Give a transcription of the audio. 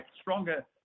stronger